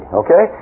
okay